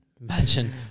Imagine